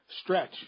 stretch